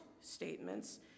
statements